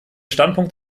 standpunkt